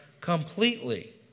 completely